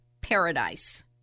paradise